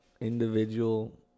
individual